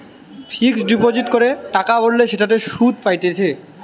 fixed deposit করে টাকা ভরলে সেটাতে সুধ পাইতেছে